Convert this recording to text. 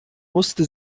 musste